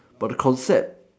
but the concept